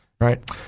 right